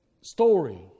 story